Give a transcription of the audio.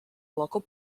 local